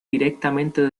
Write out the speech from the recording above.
directamente